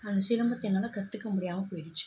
அந்த சிலம்பத்தை என்னால் கற்றுக்க முடியாமல் போயிடுச்சு